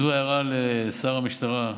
זו הערה לשר המשטרה,